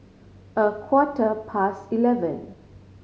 a quarter past eleven